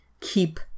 keep